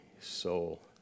soul